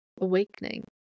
awakening